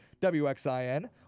WXIN